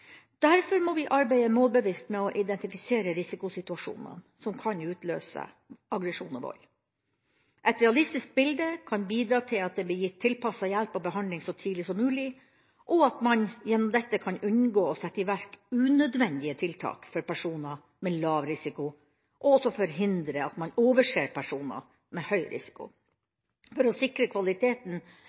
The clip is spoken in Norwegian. Derfor må vi arbeide målbevisst med å identifisere risikosituasjonene som kan utløse aggresjon og vold. Et realistisk bilde kan bidra til at det blir gitt tilpasset hjelp og behandling så tidlig som mulig, og at man gjennom dette kan unngå å sette i verk unødvendige tiltak for personer med lav risiko, og også forhindre at man overser personer med høy risiko. For å sikre kvaliteten